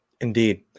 indeed